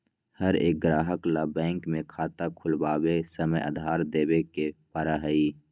हर एक ग्राहक ला बैंक में खाता खुलवावे समय आधार देवे ही पड़ा हई